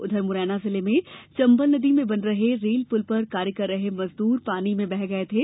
उधर मुरैना जिले में चंबल नदी में बन रहे रेल पुल पर कार्य कर रहे मजदूरों पानी में बह गये थे